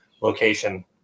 location